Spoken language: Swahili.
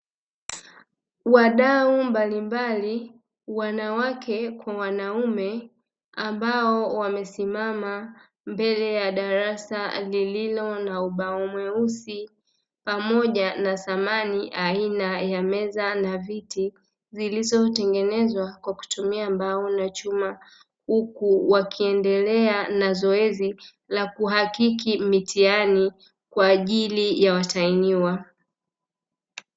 Wadau mbalimbali wanawake kwa wanaume ambao wamesimama mbele ya darasa lililo na ubao mweusi, pamoja na samani aina ya meza na viti zilizotengenezwa kwa kutumia mbao na chuma, huku wakiendelea na zoezi la kuhakiki mitihani kwa ajili ya watahiniwa.